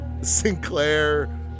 Sinclair